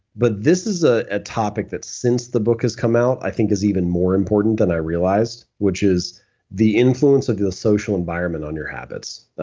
but this is ah a topic that since the book has come out i think is even more important than i realized which is the influence of the the social environment on your habits.